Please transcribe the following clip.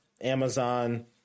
amazon